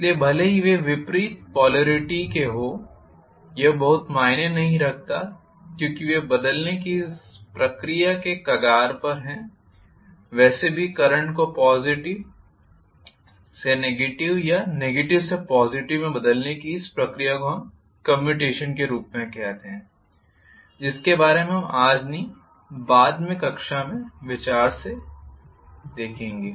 इसलिए भले ही वे विपरीत पोलॅरिटी के हों यह बहुत मायने नहीं रखता क्योंकि वे बदलने की इस प्रक्रिया के कगार पर हैं वैसे भी करंट को पॉज़िटिव से नेगेटिव या नेगेटिव से पॉज़िटिव में बदलने की इस प्रक्रिया को हम कम्म्युटेशन के रूप में कहते हैं जिसके बारे में हम आज नहीं बाद में कक्षा में विस्तार से चर्चा करेंगे